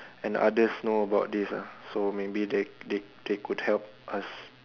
and others know about this lah so maybe they they could help us